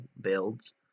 builds